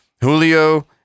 Julio